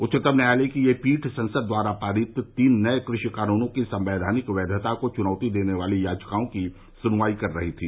उच्चतम न्यायालय की यह पीठ संसद द्वारा पारित तीन नए कृषि कानूनों की संवैधानिक वैधता को चुनौती देने वाली याचिकाओं की सुनवाई कर रही थी